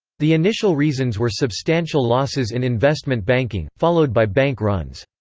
the initial reasons were substantial losses in investment banking, followed by bank runs.